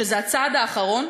שזה הצעד האחרון?